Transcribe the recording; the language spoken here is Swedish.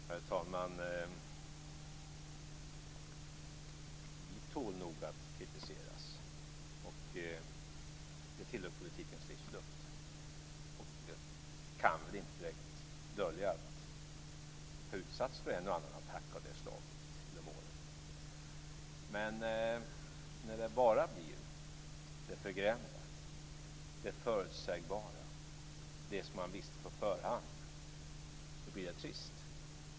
Herr talman! Vi tål nog att kritiseras. Det tillhör politikens livsluft. Jag kan inte dölja att jag har utsatts för en och annan attack av det slaget genom åren. Men när det bara blir det förgrämda, det förutsägbara, det som man visste på förhand, blir det trist.